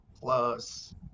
plus